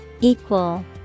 Equal